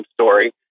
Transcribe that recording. story